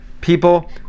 people